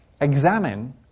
examine